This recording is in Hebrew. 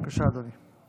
בבקשה, אדוני.